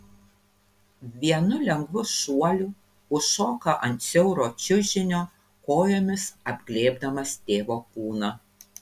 vienu lengvu šuoliu užšoka ant siauro čiužinio kojomis apglėbdamas tėvo kūną